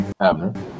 Abner